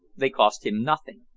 they cost him nothing.